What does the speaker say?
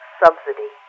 subsidy